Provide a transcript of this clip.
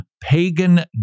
pagan